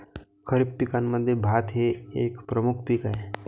खरीप पिकांमध्ये भात हे एक प्रमुख पीक आहे